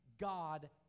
god